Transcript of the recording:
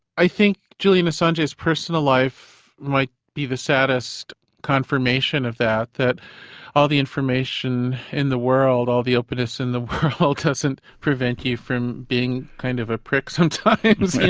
i think julian assange's personal life might be the saddest confirmation of that, that all the information in the world, all the openness in the world doesn't prevent you from being kind of a prick sometimes, you